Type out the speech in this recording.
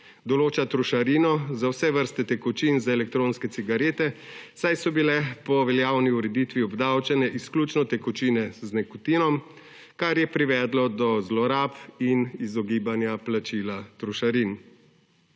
določa trošarino za vse vrste tekočin za elektronke cigarete, saj so bile po veljavni ureditvi obdavčene izključne tekočine z nikotinom, kar je privedlo do zlorab in izogibanja plačila trošarin.